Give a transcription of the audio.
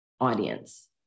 audience